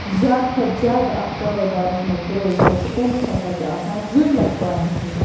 زیادٕ کھۄتہٕ زیادٕ اتھ کاروبارَس مَنٛز ترٲیِتھ ہیٚکہِ تٔمِس ہَسا چھِ آسان زٕے لچھ پانَس نِش